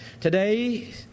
Today